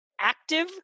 active